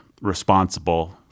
responsible